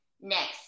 next